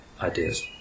ideas